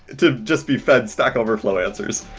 it's ah just be fed stack overflow answers.